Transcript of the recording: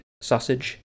sausage